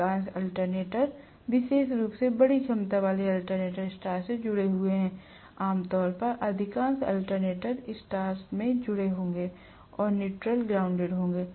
अधिकांश अल्टरनेटर विशेष रूप से बड़ी क्षमता वाले अल्टरनेटर स्टार में जुड़े हुए हैं आम तौर पर अधिकांश अल्टरनेटर स्टार में जुड़े होंगे और न्यूट्रल ग्राउंडेड होंगे